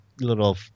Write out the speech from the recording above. little